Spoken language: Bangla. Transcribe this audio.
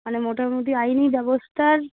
মানে মোটামুটি আইনি ব্যবস্থার